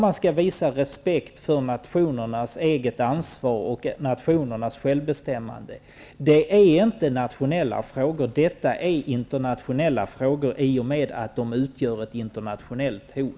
Man skall visa respekt för nationernas eget ansvar och självbestämmande, men detta är inte nationella frågor -- detta är internationella frågor i och med att dessa kärnkraftverk utgör ett internationellt hot.